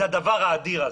זה הדבר האדיר הזה,